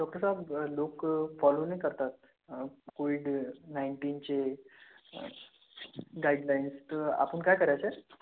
डॉक्टरसाब लोक फॉलो नाही करतात कोविड नाइंटीनचे गाईडलाइन्स तर आपण काय करायचं आहे